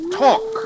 talk